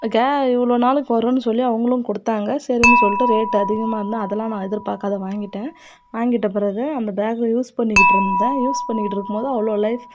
அதுக்காக இவ்வளோ நாளுக்கு வரும்னு சொல்லி அவங்களும் கொடுத்தாங்க சரின்னு சொல்லிட்டு ரேட் அதிகமாக இருந்தால் அதெலாம் நான் எதிர்பார்க்காத வாங்கிவிட்டேன் வாங்கிவிட்ட பிறகு அந்த பேக்கை யூஸ் பண்ணிக்கிட்டுருந்தேன் யூஸ் பண்ணிக்கிட்டுருக்கும்போது அவ்வளோ லைஃப்